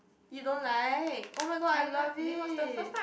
you don't like oh my god I love it